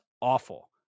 awful